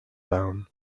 down